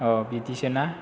बिदिसो ना